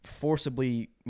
forcibly